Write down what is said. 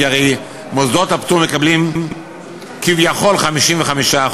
כי הרי מוסדות הפטור מקבלים כביכול 55%,